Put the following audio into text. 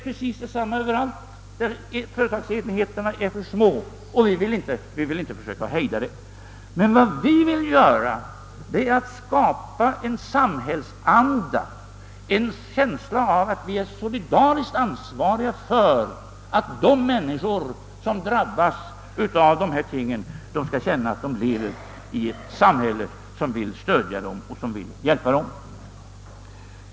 Precis detsamma sker överallt där företagsenheterna är för små, och vi vill inte försöka hejda utvecklingen. Men vad vi vill göra är att skapa en samhällsanda, en känsla av att vi är solidariskt ansvariga för att de människor som drabbas skall känna att de lever i ett samhälle som vill stödja och hjälpa dem.